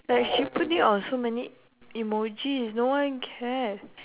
like she put it on so many IMO jeez no one care